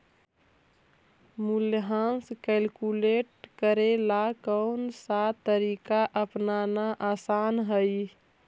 मूल्यह्रास कैलकुलेट करे ला कौनसा तरीका अपनाना आसान हई